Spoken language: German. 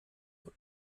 und